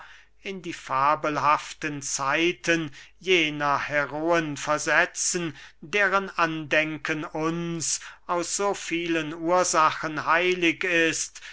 in die fabelhaften zeiten jener heroen versetzen deren andenken uns aus so vielen ursachen heilig ist